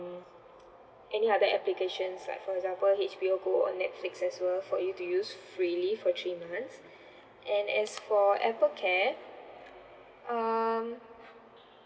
any other applications like for example H_B_O go on netflix as well for you to use free live for three months and as for Apple care um